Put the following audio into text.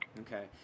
Okay